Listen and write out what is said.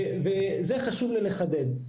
ואת זה חשוב לי לחדד,